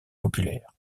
populaire